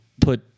put